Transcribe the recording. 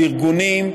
על ארגונים,